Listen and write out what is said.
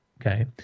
Okay